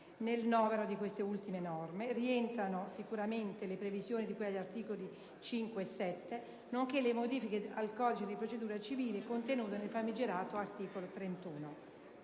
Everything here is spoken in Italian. Nel novero di queste ultime norme rientrano sicuramente, ad esempio, le previsioni di cui agli articoli 5 e 7 nonché le modifiche al codice di procedura civile contenute nel famigerato articolo 31.